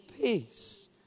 peace